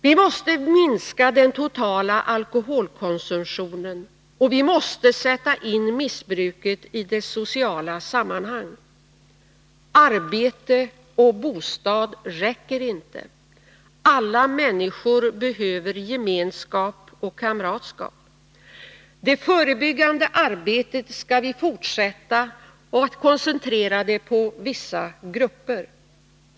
Vi måste minska den totala alkoholkonsumtionen, och vi måste sätta in missbruket i dess sociala sammanhang. Arbete och bostad räcker inte. Alla människor behöver gemenskap och kamratskap. Det förebyggande arbetet skall vi fortsätta att koncentrera på vissa grupper.